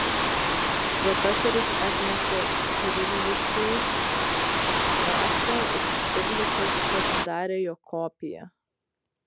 profesorius atnešė štirlicui raktą ir štirlicas pasidarė jo kopiją